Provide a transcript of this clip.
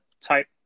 type